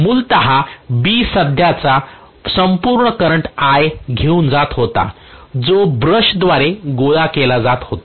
मूलतः B सध्याचा संपूर्ण करंट I घेऊन जात होता जो ब्रशद्वारे गोळा केला जात होता